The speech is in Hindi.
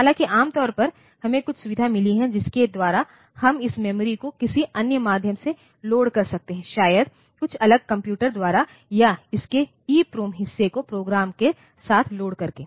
हालांकि आम तौर पर हमें कुछ सुविधा मिली है जिसके द्वारा हम इस मेमोरी को किसी अन्य माध्यम से लोड कर सकते हैं शायद कुछ अलग कंप्यूटर द्वारा या उसके इप्रोम हिस्से को प्रोग्राम के साथ लोड करके